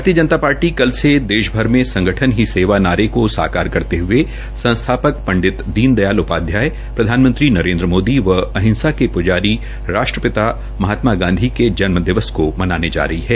भारतीय जनता पार्टी कल से देश भर में संगठन ही सेवा नारे को साकार करते हए संस्थापक पंडित दीन दयाल उपाध्याय प्रधानमंत्री नरेन्द्र मोदी व अहिंसा के पंजारी राष्ट्रपिता महात्मा गाँधी के जन्मदिवस को मनाने जा रही है